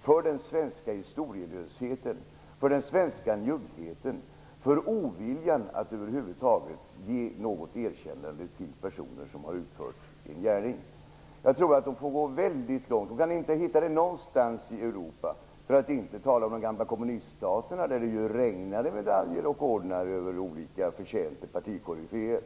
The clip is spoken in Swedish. för den svenska historielösheten, för den svenska njuggheten och för oviljan att över huvud taget ge något erkännande till personer som har utfört en gärning. I de gamla kommuniststaterna regnade det ju medaljer och ordnar över olika förtjänta partikoryféer.